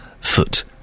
foot